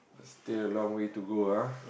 still a long way to go a[ah]